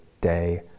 day